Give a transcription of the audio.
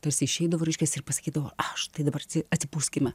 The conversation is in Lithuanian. tarsi išeidavo reiškias ir pasakydavo aš tai dabar atsipūskime